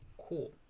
Cool